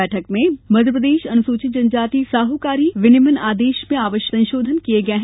बैठक में मध्य प्रदेश अनुसूचित जनजाति साहकारी विनिमयन आदेश में आवश्यक संशोधन किए गए हैं